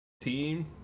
team